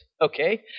okay